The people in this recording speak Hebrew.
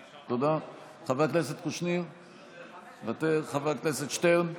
תודה, חבר הכנסת קושניר, מוותר, חבר הכנסת שטרן,